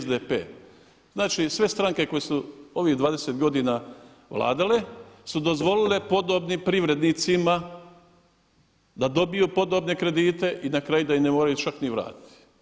Znači, sve stranke koje su ovih 20 godina vladale su dozvolile podobnim privrednicima da dobiju podobne kredite i na kraju da ih ne moraju čak ni vratiti.